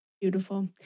Beautiful